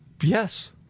Yes